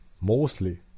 mostly